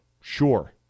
sure